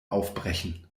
aufbrechen